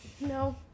No